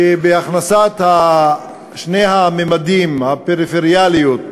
בהכנסת שני המדדים, הפריפריאליות